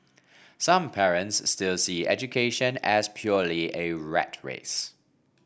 some parents still see education as purely a rat race